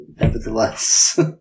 nevertheless